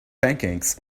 pancakes